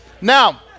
now